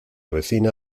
vecina